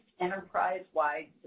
enterprise-wide